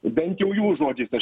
bent jau jų žodžiais aš